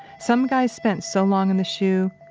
some guys spent so long in the shu,